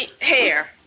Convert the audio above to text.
hair